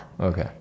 Okay